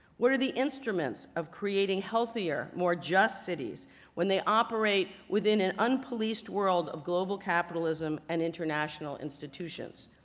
what are the instruments of creating healthier, more just cities when they operate within an unpoliced world of global capitalism and international institutions?